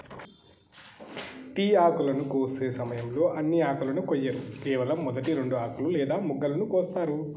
tea ఆకును కోసే సమయంలో అన్ని ఆకులను కొయ్యరు కేవలం మొదటి రెండు ఆకులను లేదా మొగ్గలను కోస్తారు